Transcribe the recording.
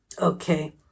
Okay